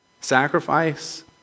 sacrifice